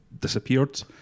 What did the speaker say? disappeared